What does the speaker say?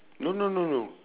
no no no no